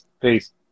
Peace